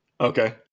Okay